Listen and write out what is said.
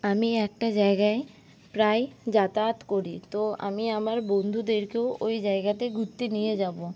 আমি একটা জায়গায় প্রায়ই যাতায়াত করি তো আমি আমার বন্ধুদেরকেও ওই জায়গাতে ঘুরতে নিয়ে যাব